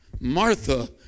Martha